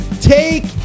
take